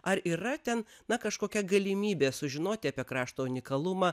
ar yra ten na kažkokia galimybė sužinoti apie krašto unikalumą